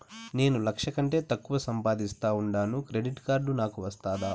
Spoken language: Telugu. నేను లక్ష కంటే తక్కువ సంపాదిస్తా ఉండాను క్రెడిట్ కార్డు నాకు వస్తాదా